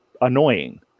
annoying